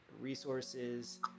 resources